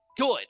good